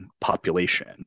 population